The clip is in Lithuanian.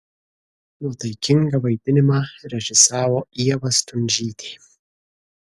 nuotaikingą vaidinimą režisavo ieva stundžytė